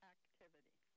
Activity